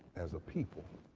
as a people.